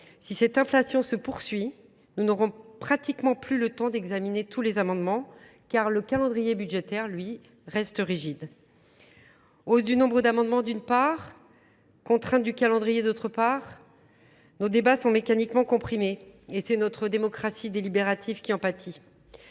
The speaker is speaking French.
Si cette inflation se poursuit, nous n'aurons pratiquement plus le temps d'examiner tous les amendements, car le calendrier budgétaire, lui, reste rigide. Hausse du nombre d'amendements d'une part, contrainte du calendrier d'autre part, Nos débats sont mécaniquement comprimés et c'est notre démocratie délibérative qui en pâtit.